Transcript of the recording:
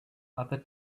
other